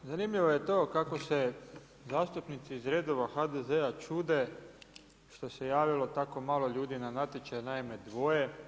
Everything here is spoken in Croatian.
Pa zanimljivo je to kako se zastupnici iz redova HDZ-a čude što se javilo tako malo ljudi na natječaj, naime dvoje.